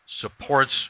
supports